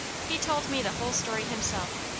he told me the whole story himself,